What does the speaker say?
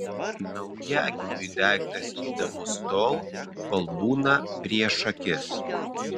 naujagimiui daiktas įdomus tol kol būna prieš akis